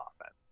offense